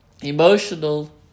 Emotional